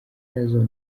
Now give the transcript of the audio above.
nazo